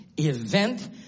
Event